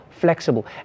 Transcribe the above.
flexible